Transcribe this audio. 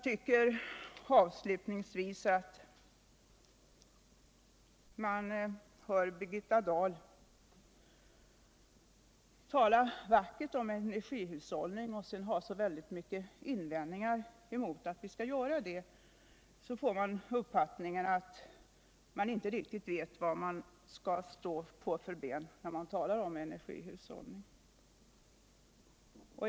När Birgitta Dahl talar så vackert om energihushållning men samtidigt har så mycket att invända mot de åtgärder vi vill vidta får man uppfattningen att hon inte riktigt vet vilket ben hon skall stå på när det gäller frågan om energihushållningen.